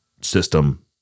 system